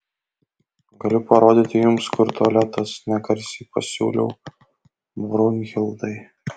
galiu parodyti jums kur tualetas negarsiai pasiūliau brunhildai